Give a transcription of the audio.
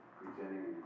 presenting